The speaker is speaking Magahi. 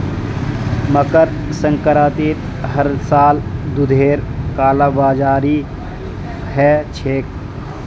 मकर संक्रांतित हर साल दूधेर कालाबाजारी ह छेक